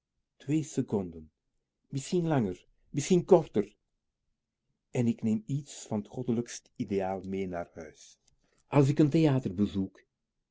seconden misschien langer misschien korter en k neem iets van t goddelijkst ideaal mee naar huis als k n theater bezoek